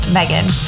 Megan